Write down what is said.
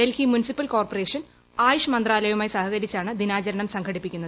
Delhi municipal corporation Ayush മന്ത്രാലയവുമായി സഹകരിച്ചാണ് ദിനാചരണം സംഘടിപ്പിക്കുന്നത്